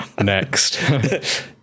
Next